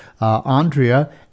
Andrea